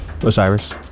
Osiris